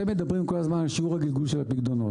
אתם מדברים כל הזמן על שיעור הגלגול של הפיקדונות.